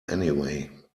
anyway